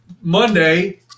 monday